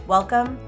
Welcome